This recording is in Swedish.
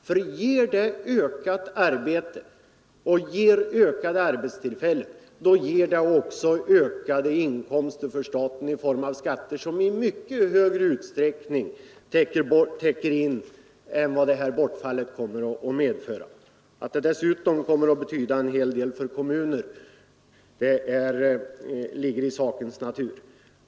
Ger förslaget ökat arbete och ökade arbetstillfällen, så ger det också staten ökade skatteinkomster, som täcker in mycket mer än det inkomstbortfall som förslaget skulle medföra. Att det dessutom kommer att betyda en hel del för kommunerna ligger i sakens natur.